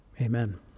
Amen